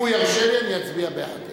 הוא ירשה לי, אני אצביע בעד.